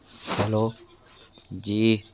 hello जी